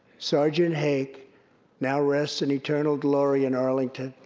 sergeant hake now rests in eternal glory in arlington,